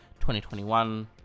2021